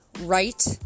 right